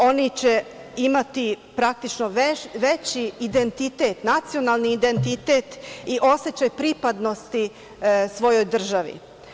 Oni će imati praktično veći identitet, nacionalni identitet i osećaj pripadnosti svojoj državi.